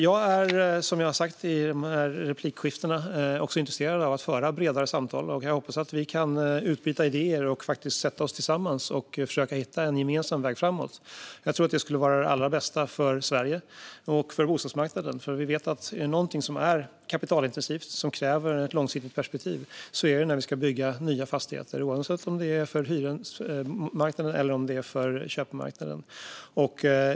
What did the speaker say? Jag är, som jag har sagt i dessa replikskiften, intresserad av att föra bredare samtal, och jag hoppas att vi kan utbyta idéer och sätta oss tillsammans och försöka att hitta en gemensam väg framåt. Jag tror att det skulle vara det allra bästa för Sverige och för bostadsmarknaden - vi vet ju att om det är någonting som är kapitalintensivt och som kräver ett långsiktigt perspektiv är det byggande av nya fastigheter, oavsett om det är för hyresmarknaden eller för köpmarknaden.